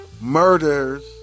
murders